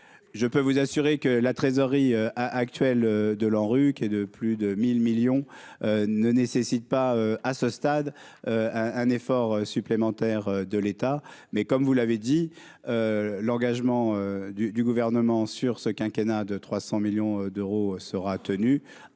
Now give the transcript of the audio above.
je peux vous assurer que la trésorerie actuelle de la rue qui est de plus de 1000 millions ne nécessite pas, à ce stade un un effort supplémentaire de l'État, mais comme vous l'avez dit, l'engagement du gouvernement sur ce quinquennat de 300 millions d'euros sera tenu